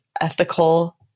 ethical